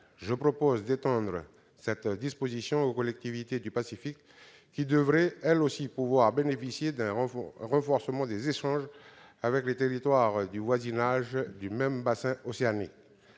Je propose d'étendre cette disposition aux collectivités du Pacifique qui devraient, elles aussi, pouvoir bénéficier d'un renforcement des échanges avec les territoires du voisinage du même bassin océanique.